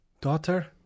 daughter